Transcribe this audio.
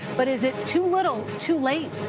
but is it too little too late?